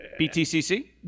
BTCC